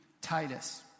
Titus